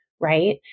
Right